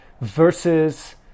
versus